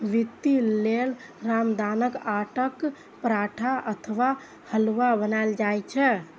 व्रती लेल रामदानाक आटाक पराठा अथवा हलुआ बनाएल जाइ छै